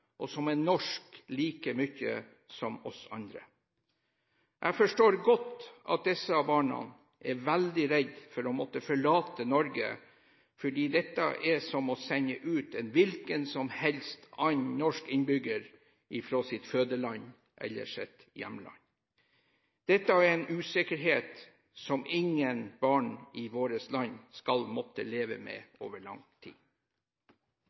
som helst annen norsk innbygger fra sitt fødeland, eller sitt hjemland. Dette er en usikkerhet som ingen barn i vårt land skal måtte leve med over lang tid.